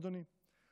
אדוני,